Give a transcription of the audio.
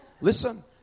Listen